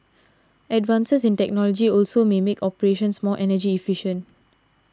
advances in technology also may make operations more energy efficient